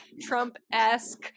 Trump-esque